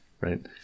Right